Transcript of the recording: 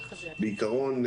בעיקרון,